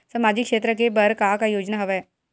सामाजिक क्षेत्र के बर का का योजना हवय?